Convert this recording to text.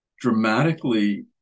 dramatically